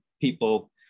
people